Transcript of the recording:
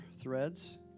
threads